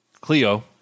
Cleo